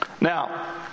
Now